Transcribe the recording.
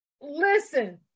listen